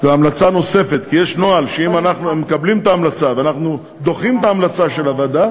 אנחנו מחויבים לתקן את הלקונה הזאת ולקבוע מועדים לעבודת הוועדה,